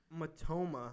Matoma